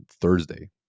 Thursday